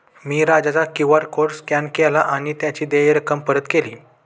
मी राजाचा QR code scan केला आणि त्याची देय रक्कम परत केली